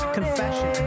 confession